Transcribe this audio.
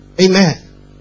Amen